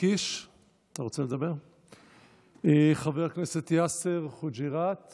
בוקר או בבית ש"י עגנון או בבית בן-גוריון או בסליק בכפר גלעדי או בחומה